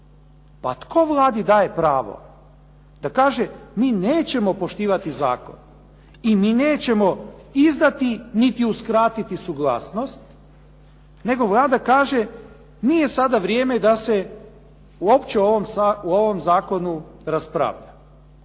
Pa tko Vladi daje pravo da kaže, mi nećemo poštivati zakon i mi nećemo izdati niti uskratiti suglasnost, nego Vlada kaže, nije sada vrijeme da se uopće u ovom zakonu raspravlja.